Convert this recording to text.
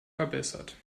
verbessert